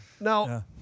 now